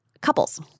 couples